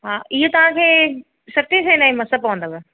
हा इहो तव्हां खे सते सवें ताईं मस पवंदव